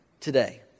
today